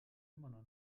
immer